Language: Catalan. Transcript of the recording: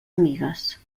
amigues